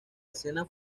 escena